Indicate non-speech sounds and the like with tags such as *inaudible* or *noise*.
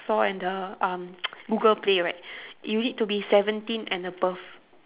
store and the um *noise* google-play right you need to be seventeen and above